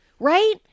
Right